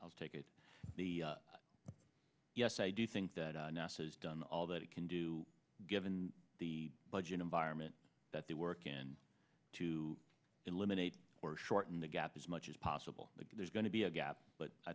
i'll take it the yes i do think that nasa has done all that it can do given the budget environment that they work in to eliminate or shorten the gap as much as possible there's going to be a gap but i